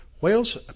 Whales